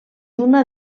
una